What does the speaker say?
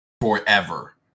forever